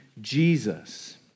Jesus